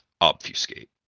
obfuscate